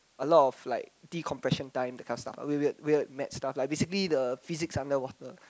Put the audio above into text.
a lot of like decompression time that kind of stuff weird weird weird mad stuff like basically the physics underwater